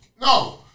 No